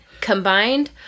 combined